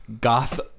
goth